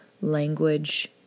language